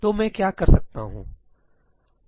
तो मैं क्या कर सकता हूँ